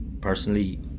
personally